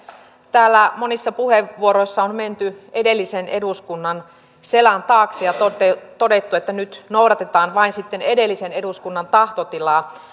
täällä monissa puheenvuoroissa on menty edellisen eduskunnan selän taakse ja todettu että nyt noudatetaan vain edellisen eduskunnan tahtotilaa